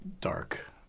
dark